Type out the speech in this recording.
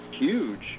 huge